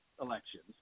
elections